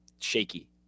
shaky